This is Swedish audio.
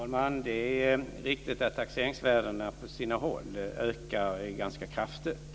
Fru talman! Det är riktigt att taxeringsvärdena på sina håll ökar ganska kraftigt.